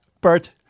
Bert